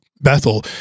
Bethel